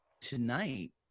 tonight